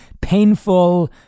painful